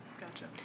Gotcha